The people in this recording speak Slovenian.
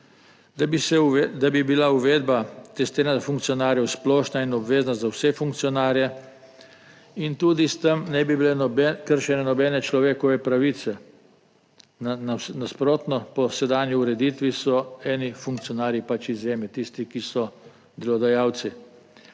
da bi bila uvedba testiranja funkcionarjev splošna in obvezna za vse funkcionarje. In tudi s tem ne bi bile kršene nobene človekove pravice, nasprotno, po sedanji ureditvi so eni funkcionarji pač izjeme - tisti, ki so delodajalci.